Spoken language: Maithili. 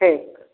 ठीक